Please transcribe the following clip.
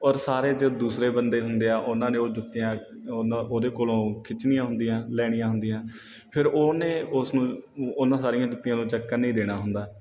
ਔਰ ਸਾਰੇ ਜੋ ਦੂਸਰੇ ਬੰਦੇ ਹੁੰਦੇ ਹੈ ਉਨ੍ਹਾਂ ਨੇ ਉਹ ਜੁੱਤੀਆਂ ਉਹਦੇ ਕੋਲੋਂ ਖਿੱਚਣੀਆਂ ਹੁੰਦੀਆਂ ਲੈਣੀਆਂ ਹੁੰਦੀਆਂ ਫਿਰ ਉਨ੍ਹੇਂ ਉਸ ਨੂੰ ਉਹਨਾਂ ਸਾਰੀਆਂ ਜੁੱਤੀਆਂ ਨੂੰ ਚੁੱਕਣ ਨਹੀਂ ਦੇਣਾ ਹੁੰਦਾ